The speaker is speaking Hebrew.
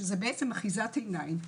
שזה בעצם אחיזת עיניים,